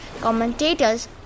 commentators